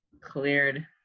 cleared